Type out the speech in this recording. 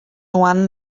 one